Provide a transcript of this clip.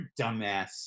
dumbass